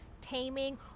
taming